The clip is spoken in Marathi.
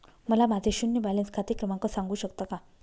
मला माझे शून्य बॅलन्स खाते क्रमांक सांगू शकता का?